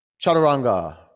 chaturanga